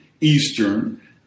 Eastern